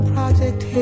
Project